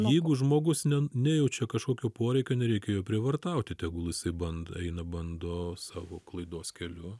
jeigu žmogus nejaučiau kažkokio poreikio nereikia jo prievartauti tegul jisai bando eina bando savo klaidos keliu